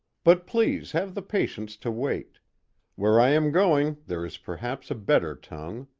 but please have the patience to wait where i am going there is perhaps a better tongue.